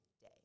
day